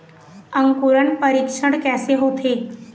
अंकुरण परीक्षण कैसे होथे?